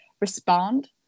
respond